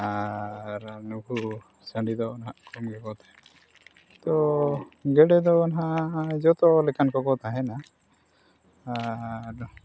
ᱟᱨ ᱱᱩᱠᱩ ᱥᱟᱺᱰᱤ ᱫᱚ ᱦᱟᱸᱜ ᱠᱚᱢ ᱜᱮᱠᱚ ᱛᱟᱦᱮᱱᱟ ᱛᱚ ᱜᱮᱰᱮᱹ ᱫᱚ ᱦᱟᱸᱜ ᱡᱚᱛᱚ ᱞᱮᱠᱟᱱ ᱠᱚᱠᱚ ᱛᱟᱦᱮᱱᱟ ᱟᱨ